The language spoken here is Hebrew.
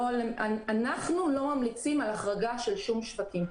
אנחנו לא ממליצים על החרגה של שום שווקים.